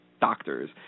doctors